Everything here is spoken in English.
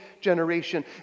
generation